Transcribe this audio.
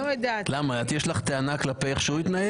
יש לך טענה כלפי איך שהוא התנהג?